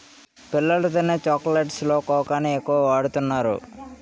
పిల్లలు తినే చాక్లెట్స్ లో కోకాని ఎక్కువ వాడుతున్నారు